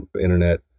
internet